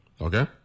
Okay